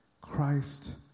Christ